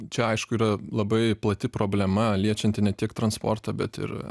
čia aišku yra labai plati problema liečianti ne tiek transportą bet ir